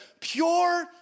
Pure